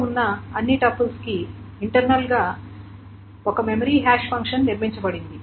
లో ఉన్న అన్ని టపుల్స్ కి ఇంటర్నల్ గా ఒక మెమరీ హాష్ ఫంక్షన్ నిర్మించబడింది